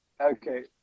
Okay